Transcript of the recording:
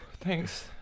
Thanks